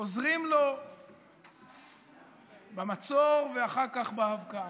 עוזרים לו במצור ואחר כך בהבקעה.